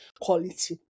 quality